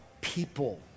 people